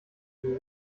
sie